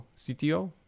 CTO